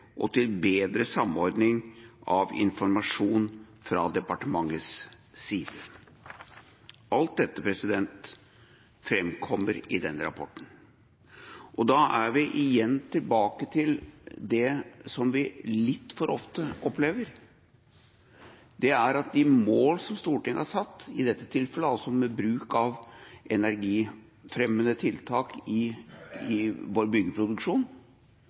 ut til folk om energieffektivisering og for bedre samordning av informasjon fra departementets side. Alt dette framkommer i rapporten. Da er vi igjen tilbake til det som vi litt for ofte opplever, at de mål som Stortinget har satt – i dette tilfellet altså med bruk av energifremmende tiltak i vår